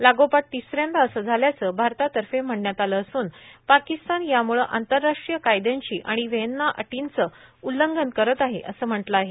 लागोपाठ तीस यांदा असं झाल्याचं भारतातर्फे म्हणण्यात आलं असून पाकिस्तान यामुळं आंतरराष्ट्रीय कायद्यांची आणि व्हिएना अटींचे उल्लंघन करत आहे असं म्हटलं आहे